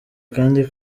kandi